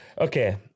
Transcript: Okay